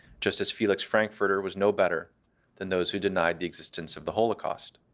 justice felix frankfurter was no better than those who denied the existence of the holocaust.